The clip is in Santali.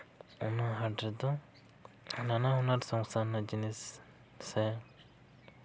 ᱚᱱᱟ ᱦᱟᱴ ᱨᱮᱫᱚ ᱱᱟᱱᱟᱦᱩᱱᱟᱹᱨ ᱥᱚᱝᱥᱟᱨ ᱨᱮᱱᱟᱜ ᱡᱤᱱᱤᱥ ᱥᱮ